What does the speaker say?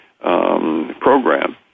program